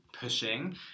pushing